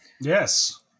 Yes